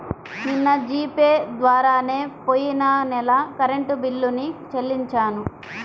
నిన్న G Pay ద్వారానే పొయ్యిన నెల కరెంట్ బిల్లుని చెల్లించాను